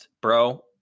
bro